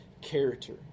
character